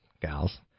gals